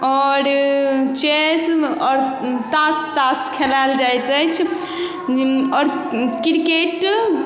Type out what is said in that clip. आओर चेस आओर तास तास खेलाइल जाइत अछि आओर क्रिकेट